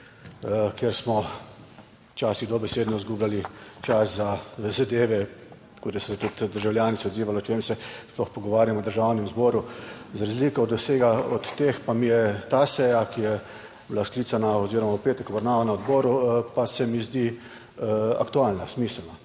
kjer smo včasih dobesedno izgubljali čas za zadeve, tako da so se tudi državljani se odzivali, o čem se sploh pogovarjamo v Državnem zboru. Za razliko od vsega, od teh pa mi je ta seja, ki je bila sklicana oziroma v petek obravnava na odboru, pa se mi zdi aktualna, smiselna.